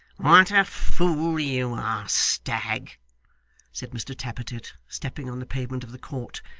what a fool you are, stagg said mr tappertit, stepping on the pavement of the court,